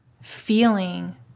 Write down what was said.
feeling